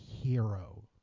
hero